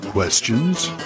Questions